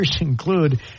include